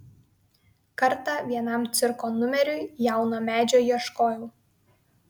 kartą vienam cirko numeriui jauno medžio ieškojau